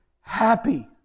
happy